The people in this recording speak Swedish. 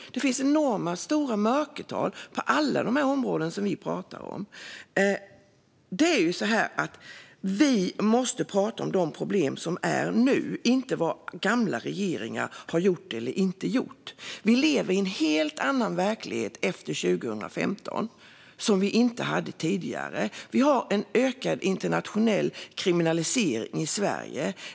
Det finns enormt stora mörkertal på alla de här områdena som vi talar om. Vi måste prata om de problem som finns nu och inte om vad gamla regeringar har gjort eller inte gjort. Vi lever i en helt annan verklighet efter 2015. Vi har en ökning av den internationella kriminaliteten i Sverige.